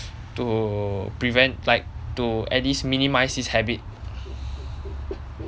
to prevent like to at least minimize this habit